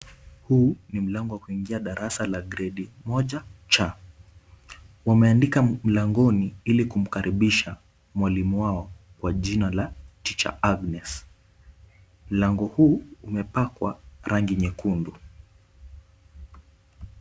Huu ni mlango wa kuingia darasa la gredi moja C, wameandika mlangoni ili kumkaribisha mwalimu wao kwa jina la Teacher Agnes, mlango huu umepakwa rangi nyekundu.